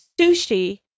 sushi